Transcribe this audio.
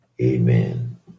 Amen